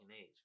age